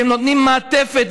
שהם נותנים מעטפת,